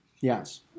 Yes